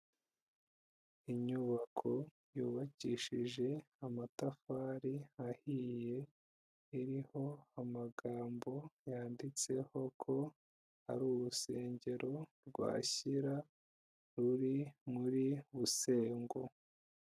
Inyubako yubakishije amatafari ahiye, iriho amagambo yanditseho ko ari urusengero rwa Shyira, ruri muri Busengo.